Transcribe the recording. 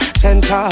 center